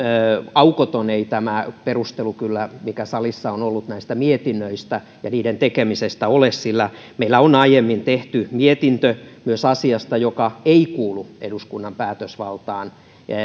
aukoton ei kyllä ole tämä perustelu mikä salissa on ollut näistä mietinnöistä ja niiden tekemisestä sillä meillä on aiemmin tehty mietintö myös asiasta joka ei kuulu eduskunnan päätösvaltaan